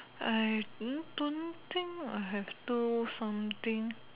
I hmm don't thing I have do something